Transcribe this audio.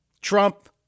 Trump